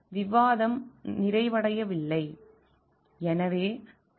விவாதம் நிறைவடையவில்லை